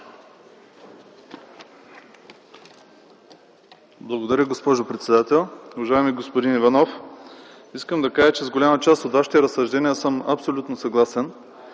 Благодаря, госпожо председател. Уважаеми господин Иванов, искам да кажа, че с голяма част от Вашите съображения съм абсолютно съгласен.